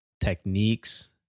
techniques